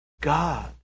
God